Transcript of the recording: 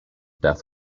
death